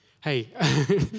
hey